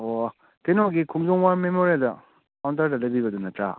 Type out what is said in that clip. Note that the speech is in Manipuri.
ꯑꯣ ꯀꯩꯅꯣꯒꯤ ꯈꯣꯡꯖꯣꯝ ꯋꯥꯔ ꯃꯦꯃꯣꯔꯤꯌꯦꯜꯗ ꯀꯥꯎꯟꯇꯔꯗ ꯂꯩꯕꯤꯕꯗꯣ ꯅꯠꯇ꯭ꯔꯥ